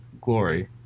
glory